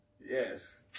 Yes